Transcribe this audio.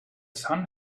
sun